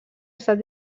estat